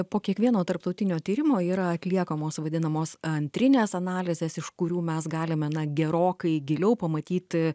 po kiekvieno tarptautinio tyrimo yra atliekamos vadinamos antrinės analizės iš kurių mes galime na gerokai giliau pamatyti